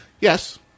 Yes